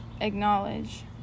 acknowledge